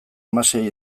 hamasei